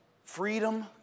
Freedom